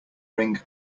ring